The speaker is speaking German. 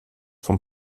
vom